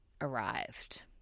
arrived